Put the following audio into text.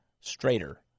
straighter